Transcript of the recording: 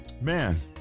Man